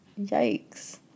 Yikes